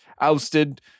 ousted